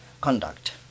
conduct